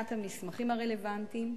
בחינת המסמכים הרלוונטיים,